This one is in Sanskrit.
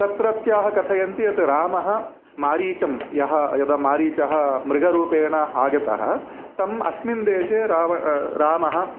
तत्रत्याः कथयन्ति यत् रामः मारीचं यः यदा मारीचः मृगरूपेण आगतः तम् अस्मिन् देशे रावणः रामः